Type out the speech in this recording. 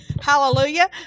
hallelujah